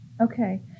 Okay